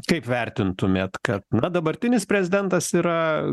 kaip vertintumėt kad na dabartinis prezidentas yra